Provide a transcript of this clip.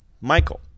Michael